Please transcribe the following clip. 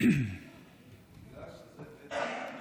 רק רוצה בינתיים,